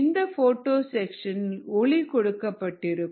இந்த போட்டோ செக்ஷனில் ஒளி கொடுக்கப்பட்டிருக்கும்